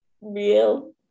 real